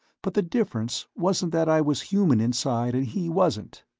but the difference wasn't that i was human inside and he wasn't.